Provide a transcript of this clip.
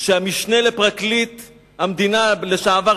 שהמשנה לפרקליט המדינה לשעבר,